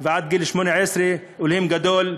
ועד גיל 18 אלוהים גדול,